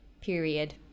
period